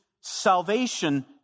salvation